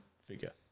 figure